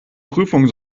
prüfung